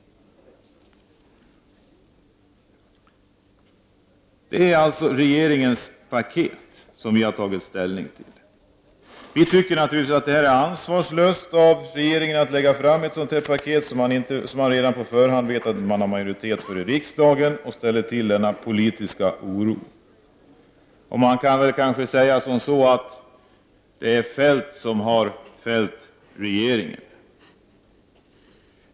Det är alltså regeringens paket som vi har tagit ställning till. Vi tycker naturligtvis att det är ansvarslöst av regeringen att lägga fram ett sådant paket, när man redan på förhand vet att man inte har majoritet för det i riksdagen — och ställer till denna politiska oro. Vi kan kanske säga att det är Feldt som har fällt regeringen.